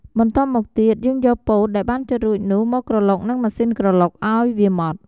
បន្ទាប់់មកទៀត យើងយកពោតដែលបានចិតរួចនោះមកក្រឡុកនឹងម៉ាស៊ីនក្រឡុកឱ្យវាម៉ដ្ឋ។